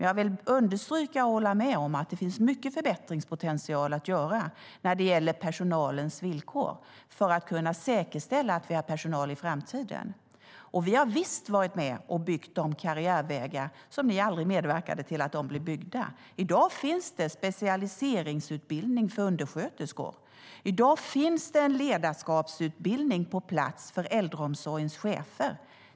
Jag vill dock understryka och hålla med om att det finns en stor förbättringspotential när det gäller personalens villkor, så att vi kan säkerställa att vi har personal i framtiden. Vi har visst varit med och byggt de karriärvägar som ni aldrig medverkade till att de blev byggda. I dag finns det specialiseringsutbildning för undersköterskor. I dag finns det en ledarskapsutbildning på plats för äldreomsorgens chefer.